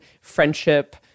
friendship